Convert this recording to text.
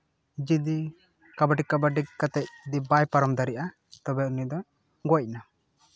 ᱡᱩᱫᱤ ᱠᱟᱵᱟᱰᱤ ᱠᱟᱵᱟᱰᱤ ᱠᱟᱛᱮ ᱡᱩᱫᱤ ᱵᱟᱭ ᱯᱟᱨᱚᱢ ᱫᱟᱲᱮᱭᱟᱜᱼᱟ ᱛᱚᱵᱮ ᱩᱱᱤ ᱫᱚ ᱜᱚᱡ ᱱᱟ